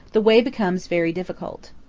the way becomes very difficult.